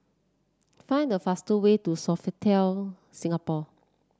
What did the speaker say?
find the fastest way to Sofitel Singapore